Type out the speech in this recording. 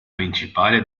principale